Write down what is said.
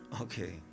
Okay